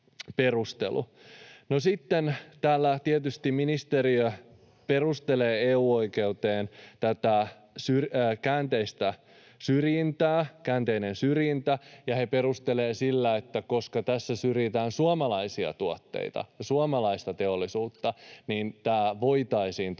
täällä tietysti ministeriö perustelee EU-oikeuteen tätä käänteistä syrjintää, ja he perustelevat sitä sillä, että koska tässä syrjitään suomalaisia tuotteita ja suomalaista teollisuutta, niin tämä voitaisiin toteuttaa